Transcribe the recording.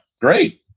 great